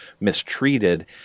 mistreated